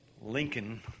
Lincoln